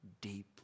deeply